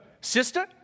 sister